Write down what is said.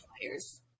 flyers